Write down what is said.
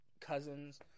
cousins